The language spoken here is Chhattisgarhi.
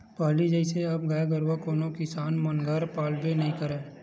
पहिली जइसे अब गाय गरुवा कोनो किसान मन घर पालबे नइ करय